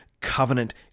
covenant